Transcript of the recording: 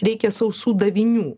reikia sausų davinių